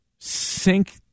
Sink